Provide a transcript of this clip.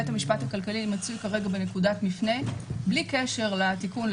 בית המשפט הכלכלי מצוי כרגע בנקודת מפנה בלי קשר לתיקון,